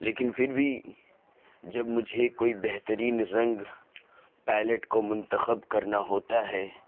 لیکن پھر بھی جب مجھے کوئی بہترین رنگ پائلٹ کو منتخب کرنا ہوتا ہے